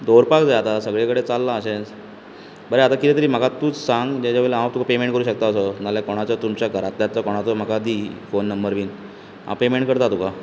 दवरपाक जाय आता सगळेकडे चल्ला अशेंच बरें कितें तरी आता म्हाका तूच सांग जेचे वयल्यान हांव तुका पेमेंट करूं शकता असो नाजाल्यार तुज्या घरांतल्योचो बी कोणाचोय दी फोन नंबर बी हांव पेमेंट करता तुका